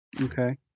Okay